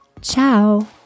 Ciao